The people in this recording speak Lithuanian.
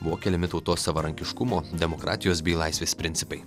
buvo keliami tautos savarankiškumo demokratijos bei laisvės principai